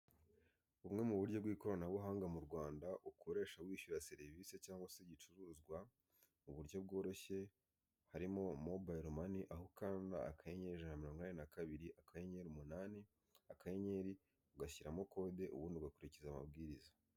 Bumwe mu buryo bw'ikoranabuhanga mu Rwanda ubukoresha wishyura serivise cyangwa se ibicuruzwa mu buryo bworoshye aho ukanda akanyenyeri ijana na mirongo inani na kabiri akanyenyeri umunanini akanyenyeri ugashyiramo kode ubundi ugakurikiza amabwiriza.